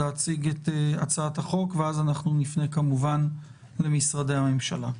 להציג את הצעת החוק ואז נפנה כמובן למשרדי הממשלה.